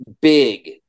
big